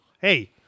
hey